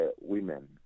women